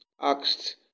asked